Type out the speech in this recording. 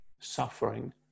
suffering